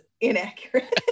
inaccurate